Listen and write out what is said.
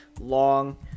long